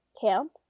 camp